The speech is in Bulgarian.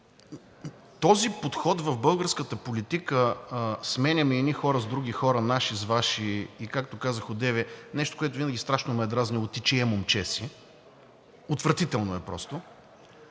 Този подход в българската политика – сменяме едни хора с други, наши с Ваши и както казах одеве, нещо, което винаги страшно ме е дразнило: „Ти чие момче си?“, отвратително е просто!